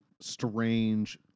strange